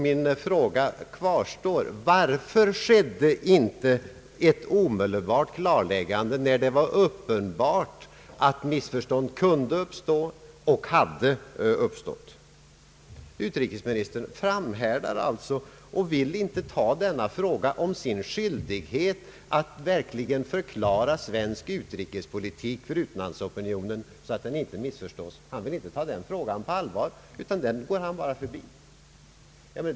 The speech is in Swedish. Min fråga kvarstår: Varför skedde inte eit omedelbart klarläggande, när det var uppenbart att missförstånd kunde uppstå och hade uppstått? Utrikesministern framhärdar alltså och vill inte ta denna fråga om sin skyldighet att verkligen förklara svensk utrikespolitik för utlandsopinionen på allvar, så att vår politik inte missförstås. Den frågan går han bara förbi.